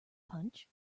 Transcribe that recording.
punch